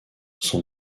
son